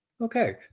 Okay